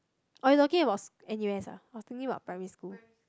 oh you talking about N_U_S ah I was thinking about primary school